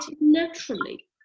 naturally